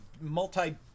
multi